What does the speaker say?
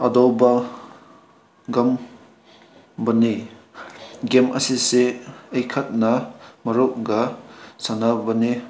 ꯑꯗꯨꯝꯕꯒꯨꯝꯕꯅꯤ game ꯑꯁꯤꯁꯦ ꯑꯩꯈꯛꯅ ꯃꯔꯨꯞꯀ ꯁꯥꯟꯅꯕꯅꯤ